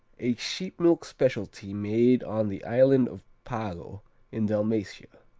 a sheep-milk specialty made on the island of pago in dalmatia,